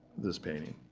this painting.